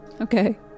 Okay